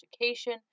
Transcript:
education